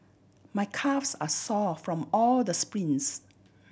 my calves are sore from all the sprints